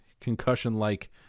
Concussion-like